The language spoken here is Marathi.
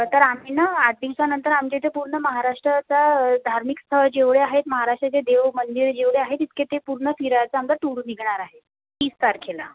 तर आम्ही ना आठ दिवसानंतर आमची ट्रिप पूर्ण महाराष्ट्रात धार्मिक स्थळं जेवढे आहेत महाराष्ट्राचे देव मंदिर जेवढे आहेत तितके ते पूर्ण फिरायचा आमचा टूर निघणार आहे तीस तारखेला